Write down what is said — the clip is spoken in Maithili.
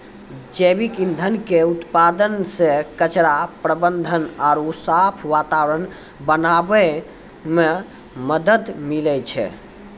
जैविक ईंधन के उत्पादन से कचरा प्रबंधन आरु साफ वातावरण बनाबै मे मदत मिलै छै